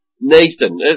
Nathan